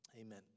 Amen